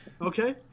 Okay